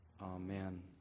Amen